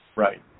Right